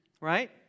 right